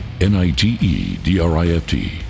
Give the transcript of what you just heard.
N-I-T-E-D-R-I-F-T